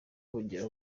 bugira